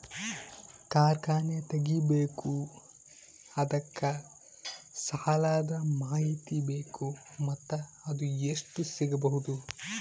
ಕಾರ್ಖಾನೆ ತಗಿಬೇಕು ಅದಕ್ಕ ಸಾಲಾದ ಮಾಹಿತಿ ಬೇಕು ಮತ್ತ ಅದು ಎಷ್ಟು ಸಿಗಬಹುದು?